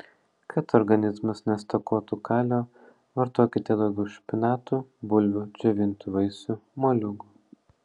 kad organizmas nestokotų kalio vartokite daugiau špinatų bulvių džiovintų vaisių moliūgų